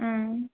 ஆ